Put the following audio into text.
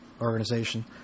organization